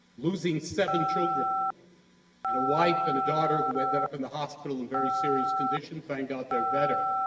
losing seven children and a wife and a daughter who ended up in the hospital in very serious condition thank god, they're better.